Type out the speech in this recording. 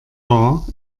war